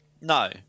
No